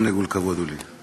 לעונג ולכבוד הוא לי.